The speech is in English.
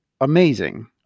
amazing